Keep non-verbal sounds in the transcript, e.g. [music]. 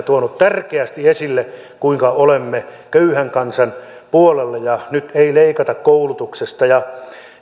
[unintelligible] tuonut tärkeästi esille kuinka olemme köyhän kansan puolella ja nyt ei leikata koulutuksesta